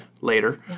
later